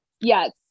Yes